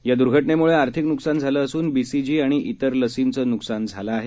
या द्र्घटनेम्ळे आर्थिक न्कसान झालं असून बीसीजी आणि इतर लसींचं न्कसान झालं आहे